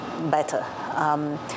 better